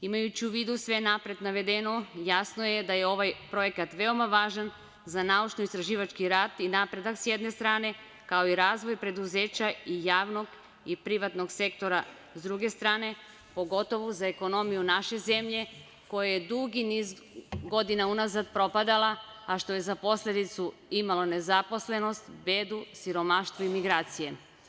Imajući u vidu sve napred navedeno, jasno je da je ovaj projekat veoma važan za naučno-istraživački rad i napredak s jedne strane, kao i razvoj preduzeća i javnog i privatnog sektora s druge strane, pogotovo za ekonomiju naše zemlje koja je dugi niz godina unazad propadala, a što je za posledicu imalo nezaposlenost, bedu, siromaštvo i migracije.